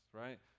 right